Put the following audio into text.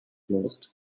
closed